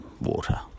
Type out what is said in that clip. water